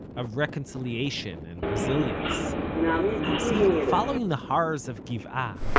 of reconciliation. and resilience see, following the horrors of gibeah, ah